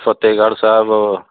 Fatehgarh Sahib